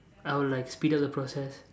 I would like speed up the process